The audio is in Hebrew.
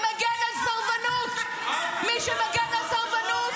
--- למה אתם מסרבים להקים ועדת חקירה